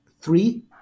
Three